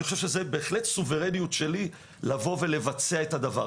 אני חושב שזה בהחלט סוברניות שלי לבוא ולבצע את הדבר,